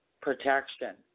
Protection